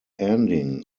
ending